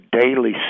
daily